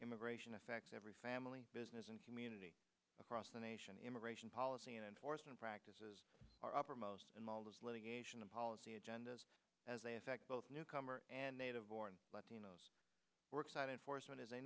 immigration affects every family business and community across the nation immigration policy enforcement practices are uppermost in all this litigation and policy agendas as they affect both newcomers and native born latinos work site enforcement is a